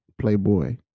playboy